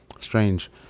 Strange